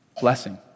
Blessing